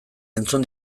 entzun